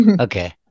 Okay